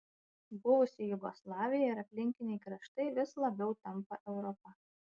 buvusi jugoslavija ir aplinkiniai kraštai vis labiau tampa europa